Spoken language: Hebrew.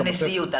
וגם לנשיאות.